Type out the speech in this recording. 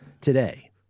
today